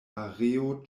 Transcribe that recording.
areo